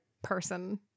person